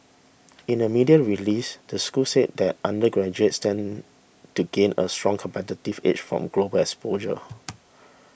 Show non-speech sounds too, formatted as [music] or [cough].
in a media release the school said that undergraduates stand to gain a strong competitive edge from global exposure [noise]